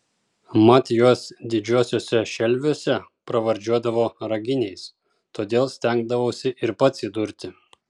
mat juos didžiuosiuose šelviuose pravardžiuodavo raginiais todėl stengdavausi ir pats įdurti